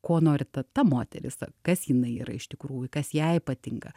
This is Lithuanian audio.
ko nori ta ta moteris kas jinai yra iš tikrųjų kas jai patinka